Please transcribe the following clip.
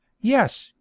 yes,